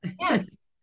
Yes